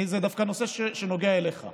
זה נושא שנוגע אליך,